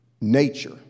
nature